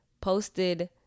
posted